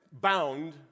bound